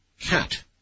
cat